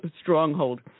stronghold